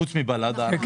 חוץ מבל"ד הארכה להיום.